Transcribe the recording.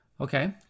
Okay